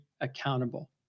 accountable